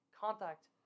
contact